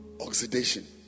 oxidation